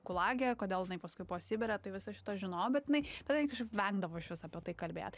gulage kodėl jinai paskui buvo sibire tai visą šitą žinojau bet jinai bei jinai kažkaip vengdavo išvis apie tai kalbėt